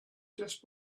just